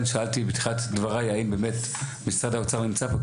שאלתי בתחילת דבריי האם באמת משרד האוצר נמצא פה,